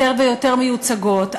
יותר ויותר מיוצגות,